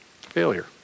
Failure